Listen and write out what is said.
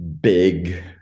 big